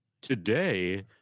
today